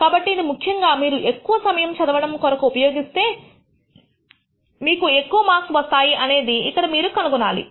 కాబట్టి ఇది ముఖ్యంగా మీరు ఎక్కువ సమయం చదవడం కొరకు ఉపయోగిస్తే మీకు ఎక్కువ మార్క్స్ వస్తాయి అనేది ఇక్కడ మీరు కనుగొనాలి